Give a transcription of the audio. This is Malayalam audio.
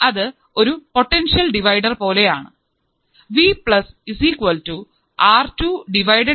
അത് ഒരു പൊട്ടൻഷ്യൽ ഡിവൈഡർ പോലെ ആണ്